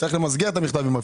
צריך למסגר אותו.